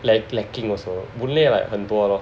lack~ lacking also Boon Lay like 很多了